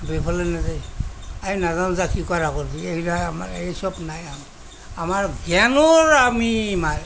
বিফলে নাযায় এই নাজানো যা কি কৰ কৰিবি এইবিলাক আমাৰ এইচব নাই আমাৰ আমাৰ জ্ঞানৰ আমি